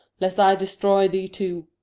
lest i destroy thee too.